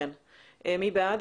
מי בעד?